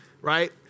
right